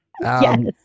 Yes